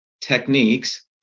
techniques